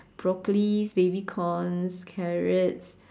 broccolis baby corns carrots